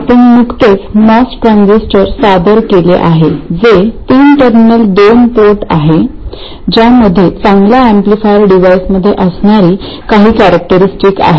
आपण नुकतेच MOS transistor सादर केले आहे जे तीन टर्मिनल दोन पोर्ट आहे ज्यामध्ये चांगल्या एम्पलीफायर डिव्हाइसमध्ये असणारी काही कॅरेक्टरस्टिक आहेत